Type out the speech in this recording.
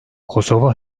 kosova